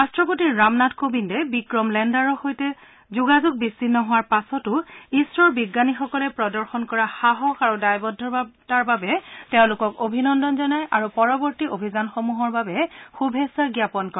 ৰট্টপতি ৰামনাথ কোবিন্দে বিক্ৰম লেণ্ডাৰৰ সৈতে যোগাযোগ বিছিন্ন হোৱাৰ পাছতো ইছৰ'ৰ বিজ্ঞানীসকলে প্ৰদৰ্শন কৰা সাহস আৰু দায়বদ্ধতাৰ বাবে তেওঁলোকক অভিনন্দন জনায় আৰু পৰৱৰ্তী অভিযানসমূহৰ বাবে শুভেচ্ছা জ্ঞাপন কৰে